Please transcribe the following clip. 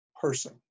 person